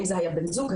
האם זה היה בן זוג,